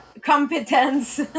competence